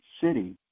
city